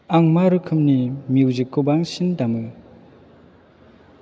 आं मा रोखोमनि मिउजिकखौ बांसिन दामो